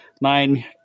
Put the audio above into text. Nine